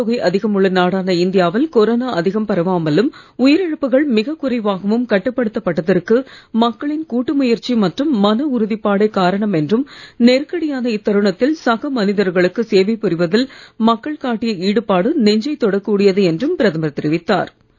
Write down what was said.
மக்கள் தொகை அதிகம் உள்ள நாடான இந்தியா வில் கொரோனா அதிகம் பரவாமலும் உயிர் இழப்புகள் மிகக் குறைவாகவும் கட்டுப்படுத்தப் பட்டதற்கு மக்களின் கூட்டு முயற்சி மற்றும் மன உறுதிப் பாடே காரணம் என்றும் நெருக்கடியான இத்தருணத்தில் சக மனிதர்களுக்கு சேவை புரிவதில் மக்கள் காட்டிய ஈடுபாடு நெஞ்சைத் தொடக்கூடியது என்றும் பிரதமர் தெரிவித்தார்